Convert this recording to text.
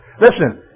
Listen